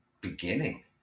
beginning